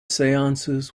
seances